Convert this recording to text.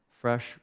fresh